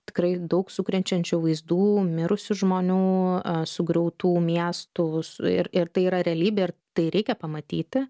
tikrai daug sukrečiančių vaizdų mirusių žmonių sugriautų miestų ir ir tai yra realybė ir tai reikia pamatyti